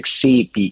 succeed